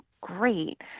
great